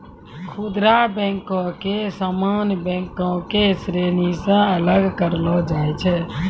खुदरा बैको के सामान्य बैंको के श्रेणी से अलग करलो जाय छै